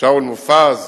שאול מופז,